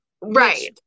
Right